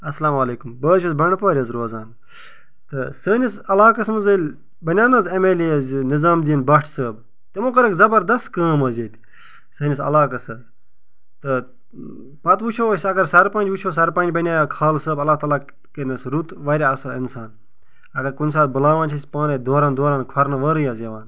اَلسَلامُ علیکُم بہٕ حظ چھُس بنٛڈٕ پورِ حظ روزان تہٕ سٲنِس علاقَس منٛز ییٚلہِ بَنیٛاو نَہ حظ ایٚم ایٚل اے حظ یہِ نِظام دیٖن بَٹ صٲب تِمو کٔرٕکھ زبردست کٲم حظ ییٚتہِ سٲنِس علاقَس حظ تہٕ پَتہٕ وُچھو أسۍ اَگر سَرپنٛچ وُچھو سَرپنٛچ بَنیٛاو خالہٕ صٲب اللہ تعالیٰ کٔرنیٚس رُت واریاہ اصٕل اِنسان اَگر کُنہِ ساتہٕ بُلاوان چھِس پانٔے دوران دوران کھۄر ننہٕ وورٕے حظ یِوان